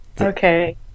Okay